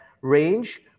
range